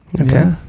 okay